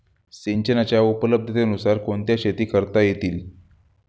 सिंचनाच्या उपलब्धतेनुसार कोणत्या शेती करता येतील?